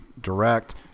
direct